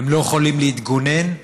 הם לא יכולים להתגונן,